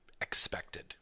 expected